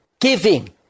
Giving